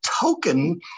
token